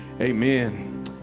amen